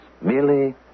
Merely